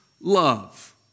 love